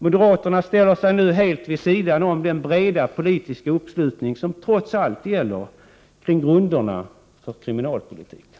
Moderaterna ställer sig nu helt vid sidan om den breda politiska uppslutning som trots allt finns kring grunderna för kriminalpolitiken.